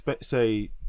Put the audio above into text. say